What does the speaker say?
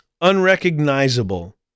unrecognizable